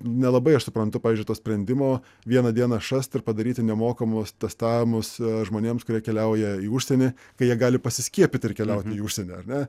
nelabai aš suprantu pavyzdžiui to sprendimo vieną dieną šast ir padaryti nemokamus testavimus žmonėms kurie keliauja į užsienį kai jie gali pasiskiepyti ir keliauti į užsienį ar ne